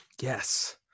yes